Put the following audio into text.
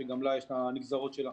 שגם להן את הנגזרות שלהן.